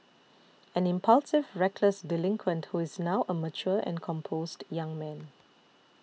an impulsive reckless delinquent who is now a mature and composed young man